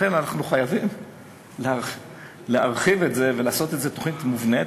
לכן אנחנו חייבים להרחיב את זה ולעשות את זה כתוכנית מובנית,